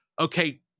Okay